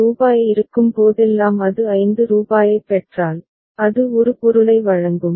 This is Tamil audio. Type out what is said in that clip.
ரூபாய் 10 இருக்கும் போதெல்லாம் அது 5 ரூபாயைப் பெற்றால் அது ஒரு பொருளை வழங்கும்